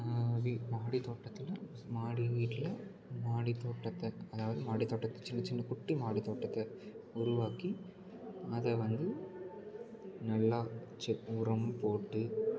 வீட்டு மாடி தோட்டத்தில் மாடி வீட்டில் மாடி தோட்டத்தை அதாவது மாடி தோட்டத்தில் சின்ன சின்ன குட்டி மாடி தோட்டத்தை உருவாக்கி அத வந்து நல்லா செ உரம் போட்டு